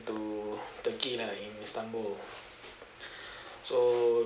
to turkey lah in istanbul so